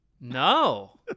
no